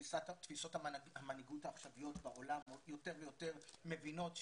תפיסות המנהיגות העכשוויות בעולם יותר ויותר מבינות,